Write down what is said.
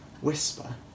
whisper